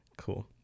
Cool